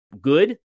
good